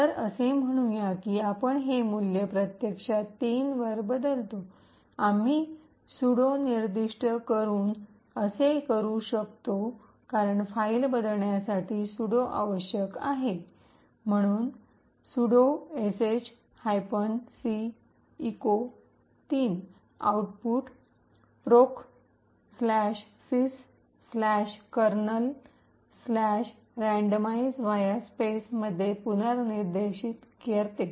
तर असे म्हणूया की आम्ही हे मूल्य प्रत्यक्षात 3 वर बदलतो आम्ही sudo निर्दिष्ट करून असे करू शकतो कारण फाईल बदलण्यासाठी sudo आवश्यक आहे sudo sh c "echo 3" आउटपुटला proc sys कर्नल यादृच्छिक va space procsyskernelrandomize va space मध्ये पुनर्निर्देशित करते